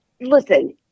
Listen